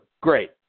great